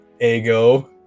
Ego